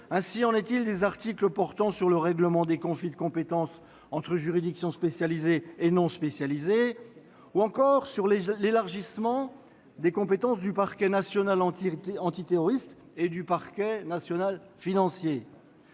Ainsi en est-il des articles portant sur le règlement des conflits de compétences entre juridictions spécialisées et non spécialisées ou sur l'élargissement des compétences du parquet national antiterroriste et du parquet national financier,